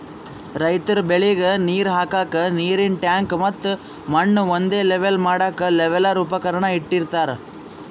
ರೈತರ್ ಬೆಳಿಗ್ ನೀರ್ ಹಾಕ್ಕಕ್ಕ್ ನೀರಿನ್ ಟ್ಯಾಂಕ್ ಮತ್ತ್ ಮಣ್ಣ್ ಒಂದೇ ಲೆವೆಲ್ ಮಾಡಕ್ಕ್ ಲೆವೆಲ್ಲರ್ ಉಪಕರಣ ಇಟ್ಟಿರತಾರ್